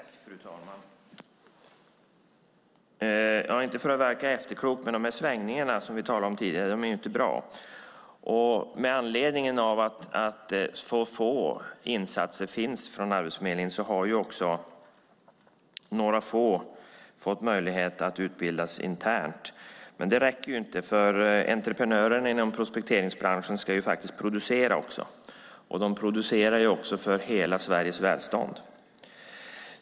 Fru talman! Jag vill inte verka efterklok, men de svängningar vi talade om tidigare är inte bra. Med anledning av att så få insatser görs från Arbetsförmedlingens sida har några få fått möjlighet att utbildas internt. Men det räcker inte. Entreprenörerna inom prospekteringsbranschen ska ju faktiskt producera också, och de producerar för hela Sveriges välstånd.